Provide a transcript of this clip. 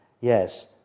Yes